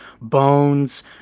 Bones